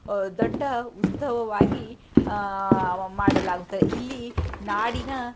ದೊಡ್ಡ ಉತ್ಸವವಾಗಿ ಮಾಡಲಾಗುತ್ತದೆ ಇಲ್ಲಿ ನಾಡಿನ